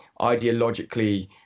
ideologically